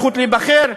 הזכות להיבחר,